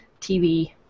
TV